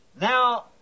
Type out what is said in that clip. Now